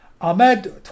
Ahmed